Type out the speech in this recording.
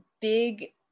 big